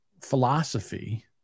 philosophy